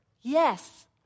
Yes